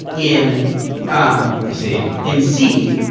in um c in c,